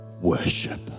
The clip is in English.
worship